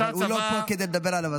אבל הוא לא פה כדי לדבר עליו,